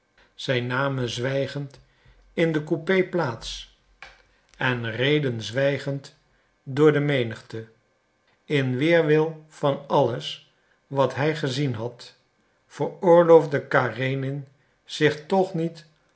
zij namen zwijgend in de coupé plaats en reden zwijgend door de menigte in weerwil van alles wat hij gezien had veroorloofde karenin zich toch niet